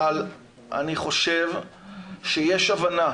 אבל אני חושב שיש הבנה